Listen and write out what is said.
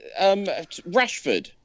Rashford